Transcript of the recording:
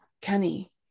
Kenny